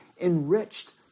enriched